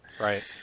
Right